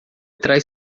traz